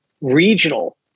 regional